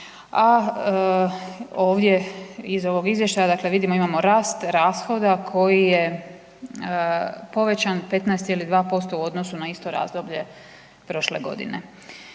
a ovdje iz ovog izvještaja, dakle vidimo, imamo rast rashoda koji je povećan 15,2% u odnosu na isto razdoblje prošle godine.